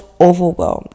overwhelmed